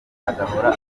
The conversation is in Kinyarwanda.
agahora